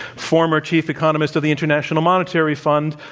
former chief economist of the international monetary fund.